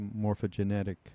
morphogenetic